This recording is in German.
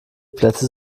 plätze